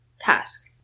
task